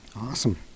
Awesome